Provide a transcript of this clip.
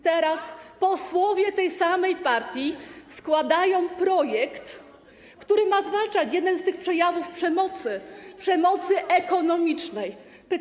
Teraz posłowie tej samej partii składają projekt, który ma zwalczać jeden z przejawów tej przemocy - przemoc ekonomiczną.